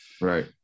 Right